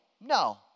No